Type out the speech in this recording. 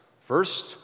first